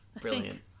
Brilliant